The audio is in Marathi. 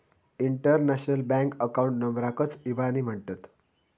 इंटरनॅशनल बँक अकाऊंट नंबराकच इबानी म्हणतत